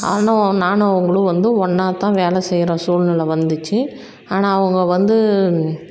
ஆனால் நானும் அவங்களும் வந்து ஒன்னாத்தான் வேலை செய்கிற சூல்நிலை வந்துச்சி ஆனால் அவங்க வந்து